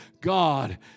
God